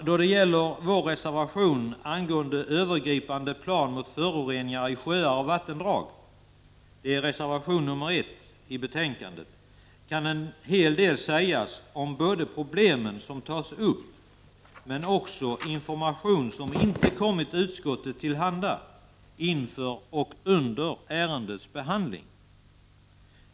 Då det gäller vår reservation angående övergripande plan mot föroreningar i sjöar och vattendrag, reservationen nr 1 i betänkandet, kan en hel del sägas om de problem som tas upp men också om information som inte kommit utskottet till handa inför och under ärendets behandling.